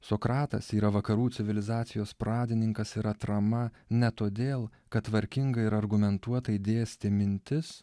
sokratas yra vakarų civilizacijos pradininkas ir atrama ne todėl kad tvarkingai ir argumentuotai dėstė mintis